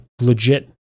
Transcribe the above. legit